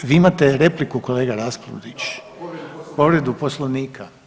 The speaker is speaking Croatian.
Ovaj, vi imate repliku, kolega Raspudić? ... [[Upadica se ne čuje.]] Povredu Poslovnika.